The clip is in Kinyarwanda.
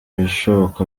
ibishoboka